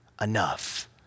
enough